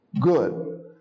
good